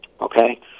Okay